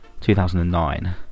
2009